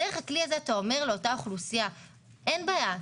דרך הכלי הזה אתה אומר לאותה אוכלוסייה- אין בעיה,